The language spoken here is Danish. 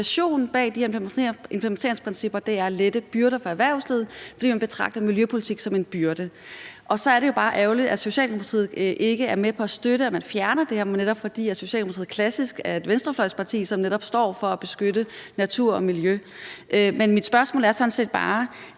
Så motivationen bag de her implementeringsprincipper er at lette byrder for erhvervslivet, fordi man betragter miljøpolitik som en byrde. Og så er det jo bare ærgerligt, at Socialdemokratiet ikke er med på at støtte, at man fjerner det her, netop fordi Socialdemokratiet klassisk er et venstrefløjsparti, som netop står for at beskytte natur og miljø. Men mit spørgsmål er sådan set bare: